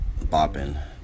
Bopping